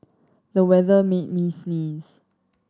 the weather made me sneeze